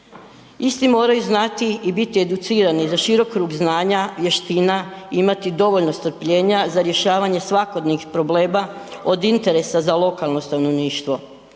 Isti moraju znati i biti educirani za širok krug znanja, vještina, imati dovoljno strpljenja za rješavanje svakodnevnih problema od interesa za lokalno stanovništvo.